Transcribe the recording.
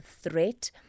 threat